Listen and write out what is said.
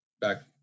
back